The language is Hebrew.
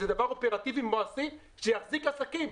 זה דבר אופרטיבי ומעשה שיחזיק עסקים.